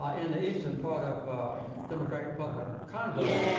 ah in the eastern part of democratic republic of congo,